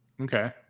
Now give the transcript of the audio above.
Okay